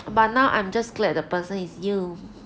but now I'm just glad the person is you